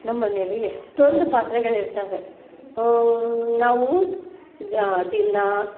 ನಮ್ಮನೇಲಿ ಎಷ್ಟೊಂದು ಪಾತ್ರೆಗಳಿರ್ತಾವೆ ನಾವು ದಿನಾ